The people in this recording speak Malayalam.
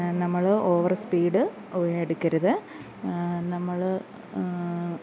നമ്മൾ ഓവർ സ്പീഡ് എടുക്കരുത് നമ്മൾ